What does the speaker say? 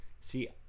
See